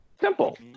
Simple